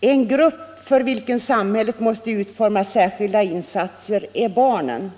”En grupp för vilken samhället måste utforma särskilda insatser är barnen.